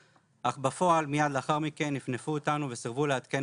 אך בפועל מיד לאחר מכן נפנפו אותנו וסירבו לעדכן